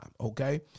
okay